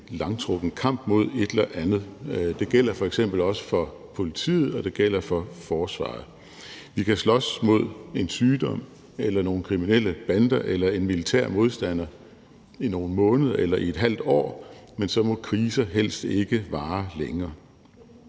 det gælder for forsvaret. Vi kan slås mod en sygdom eller nogle kriminelle bander eller en militær modstander i nogle måneder eller et halvt år, men så må kriser helst ikke vare længere.